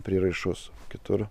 prieraišus kitur